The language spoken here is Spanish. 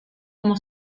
como